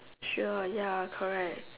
sure ya correct